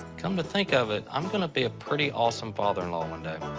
come to think of it, i'm gonna be a pretty awesome father-in-law one day.